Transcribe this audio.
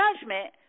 judgment